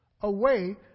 away